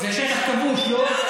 זה שטח כבוש, לא?